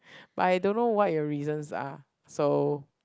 but I don't know what your reasons are so